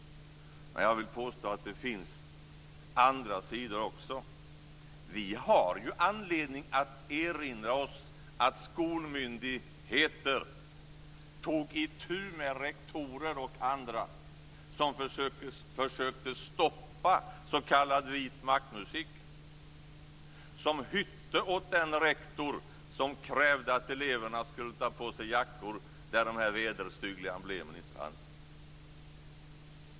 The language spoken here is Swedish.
Men jag vill påstå att det finns andra sidor också. Vi har anledning att erinra oss skolmyndigheter som tog itu med rektorer och andra som försökte stoppa s.k. vit makt-musik, som hötte åt den rektor som krävde att eleverna skulle ta på sig jackor där de vederstyggliga emblemen inte fanns.